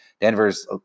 Denver's